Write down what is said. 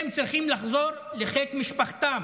הם צריכים לחזור לחיק משפחתם.